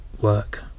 work